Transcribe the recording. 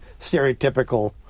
stereotypical